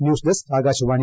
news desk Akashvani